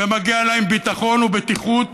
ומגיע להם ביטחון ובטיחות